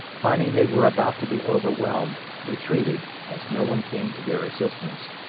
finding they were about to be overwhelmed, retreated, as no one came to their assistance.